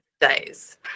days